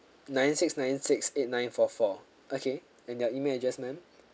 nine six nine six eight nine four four okay and your email address ma'am